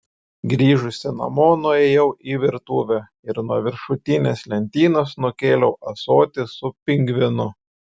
grįžusi namo nuėjau į virtuvę ir nuo viršutinės lentynos nukėliau ąsotį su pingvinu